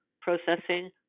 processing